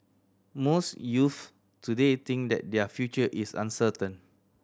most youths today think that their future is uncertain